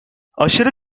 aşırı